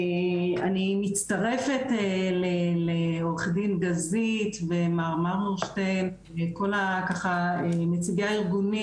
אני מצטרפת לעורכת דין גזית ומר מרמורשטיין ולכל נציגי הארגונים